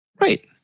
Right